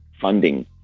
funding